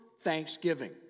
thanksgiving